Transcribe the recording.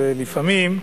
לפעמים,